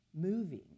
moving